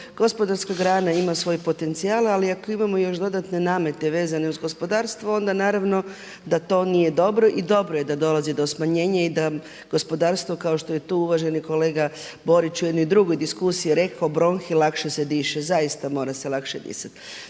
gospodarska grana ima svoj potencijal ali ako imamo još dodatne namete vezane uz gospodarstvo onda naravno da to nije dobro i dobro je da dolazi do smanjenja i da gospodarstvo kao što je tu uvaženi kolega Borić u jednoj drugoj diskusiji rekao bronhi lakše se diše. Zaista mora se lakše disati.